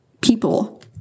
people